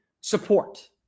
support